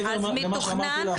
מעבר למה שאמרתי לך.